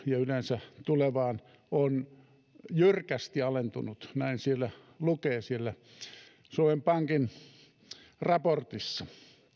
yleensä tulevaan on jyrkästi alentunut näin lukee siellä suomen pankin raportissa